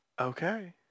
okay